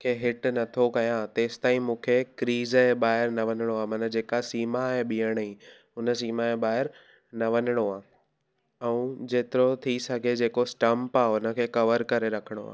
खे हेठि नथो कयां तेसिताईं मूंखे क्रीज़ जे ॿाहिरि न वञिणो आहे माना जेका सीमा आहे बीहण जी उन सीमा जे ॿाहिरि न वञिणो आहे ऐं जेतिरो थी सघे जेको स्टम्प आहे उन खे कवर करे रखिणो आहे